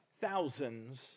thousands